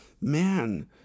man